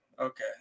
Okay